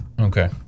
okay